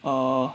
uh